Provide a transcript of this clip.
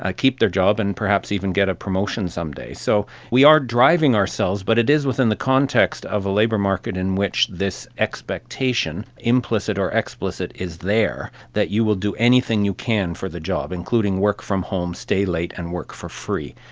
ah keep their job and perhaps even get a promotion someday. so we are driving ourselves but it is within the context of a labour market in which this expectation, implicit or explicit, is there, that you will do anything you can for the job, including work from home, stay late and work for free.